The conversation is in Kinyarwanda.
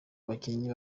bakinnyi